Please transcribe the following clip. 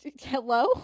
Hello